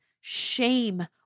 shame